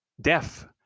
deaf